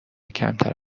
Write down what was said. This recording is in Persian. کمتر